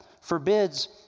forbids